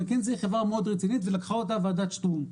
מקנזי היא חברה מאוד רצינית ולקחה אותה ועדת שטרום.